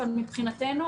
אבל מבחינתנו,